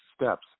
steps